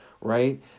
right